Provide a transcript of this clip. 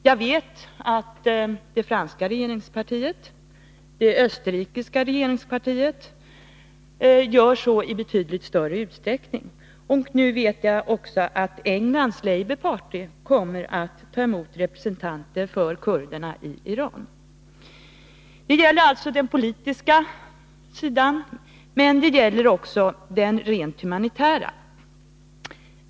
Jag vet att det franska regeringspartiet och även det österrikiska ger sitt stöd i betydligt större utsträckning. Sedermera har jag också fått reda på att även labourpartiet i England kommer att ta emot representanter för kurderna i Iran. Det gäller således inte bara den politiska utan också den rent humanitära sidan av problemet.